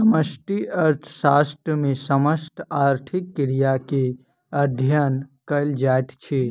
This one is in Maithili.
समष्टि अर्थशास्त्र मे समस्त आर्थिक क्रिया के अध्ययन कयल जाइत अछि